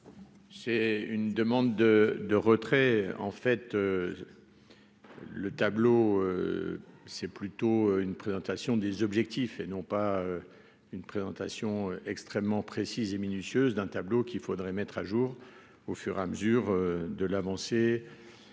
C'est une demande de de retrait en fait le tableau, c'est plutôt une présentation des objectifs et non pas une présentation extrêmement précise et minutieuse d'un tableau qu'il faudrait mettre à jour au fur et à mesure de l'avancée